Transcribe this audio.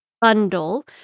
bundle